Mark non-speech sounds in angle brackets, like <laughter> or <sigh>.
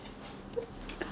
<laughs>